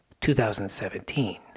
2017